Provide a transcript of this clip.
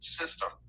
system